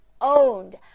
owned